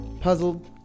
puzzled